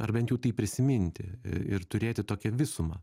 ar bent jau tai prisiminti ir turėti tokią visumą